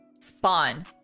spawn